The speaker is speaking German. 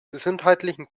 gesundheitlichen